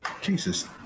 Jesus